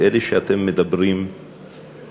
את אלה שאתם מדברים בזכותם